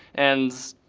and.